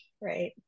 right